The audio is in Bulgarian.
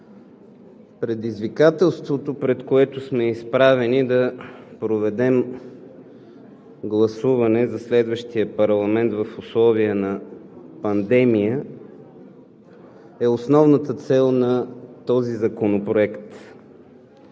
Предизвикателството, пред което сме изправени, да проведем гласуване за следващия парламент в условия на пандемия е основната цел на този законопроект.